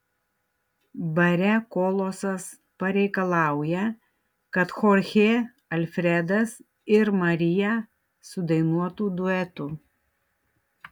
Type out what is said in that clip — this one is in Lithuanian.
bare kolosas pareikalauja kad chorchė alfredas ir marija sudainuotų duetu